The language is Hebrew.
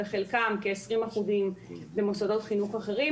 וחלקם כ-20% - במוסדות חינוך אחרים,